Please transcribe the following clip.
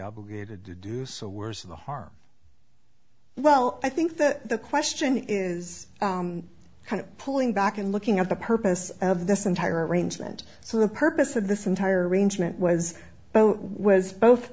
obligated to do so where's the harm well i think that the question is kind of pulling back and looking at the purpose of this entire arrangement so the purpose of this entire arrangement was was both